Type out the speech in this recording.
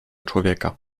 człowieka